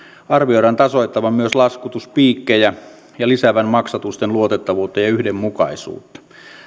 arvioidaan tasoittavan myös laskutuspiikkejä ja lisäävän maksatusten luotettavuutta ja yhdenmukaisuutta